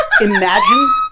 imagine